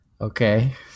Okay